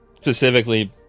Specifically